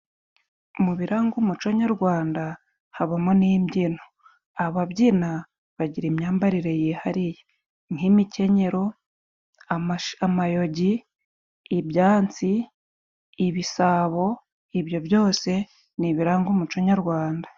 Mu biranga umuco nyarwanda habamo n'imbyino, ababyina bagira imyambarire yihariye nk'imikenyero, amayogi, byansi, ibisabo, ibyo byose ni ibiranga umuco nyarwanda.